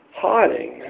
hiding